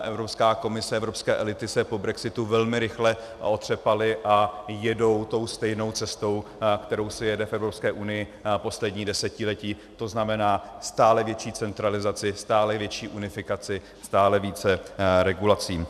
Evropská komise, evropské elity se po brexitu velmi rychle otřepaly a jedou tou stejnou cestou, kterou se jede v Evropské unii poslední desetiletí, tzn. stále větší centralizace, stále větší unifikace, stále více regulací.